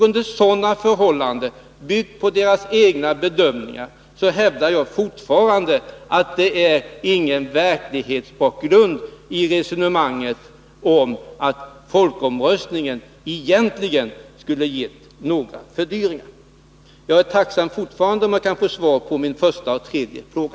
Under sådana förhållanden, hävdar jag fortfarande — och då bygger jag på CDL:s egna bedömningar — att det inte finns någon verklighetsbakgrund för resonemanget om att folkomröstningen egentligen skulle ha gett några fördyringar. Jag skulle fortfarande vara tacksam om jag kunde få svar på min första och min tredje fråga.